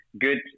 good